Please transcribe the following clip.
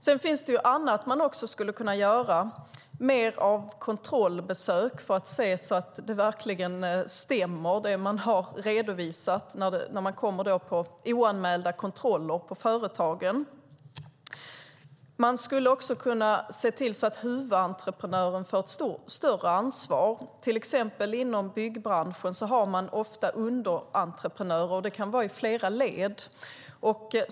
Sedan finns annat som kan göras, till exempel fler oanmälda besök på företagen för att kontrollera att det som redovisas verkligen stämmer. Huvudentreprenören kan få ett större ansvar. Inom byggbranschen används ofta underentreprenörer. De kan finnas i flera led.